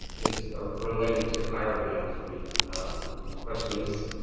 is ah related to hiring, actually. the question is,